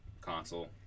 console